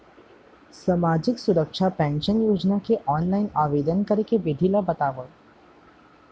सामाजिक सुरक्षा पेंशन योजना के ऑनलाइन आवेदन करे के विधि ला बतावव